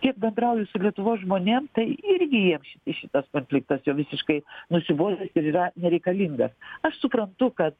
kiek bendrauju su lietuvos žmonėm tai irgi jiem šitas konfliktas jau visiškai nusibodo jis ir yra nereikalingas aš suprantu kad